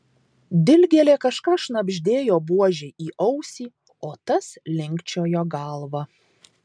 dilgėlė kažką šnabždėjo buožei į ausį o tas linkčiojo galva